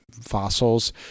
fossils